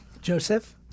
Joseph